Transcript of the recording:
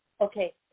okay